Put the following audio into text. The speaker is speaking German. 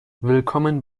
willkommen